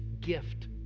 gift